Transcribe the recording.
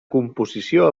composició